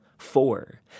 Four